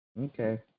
Okay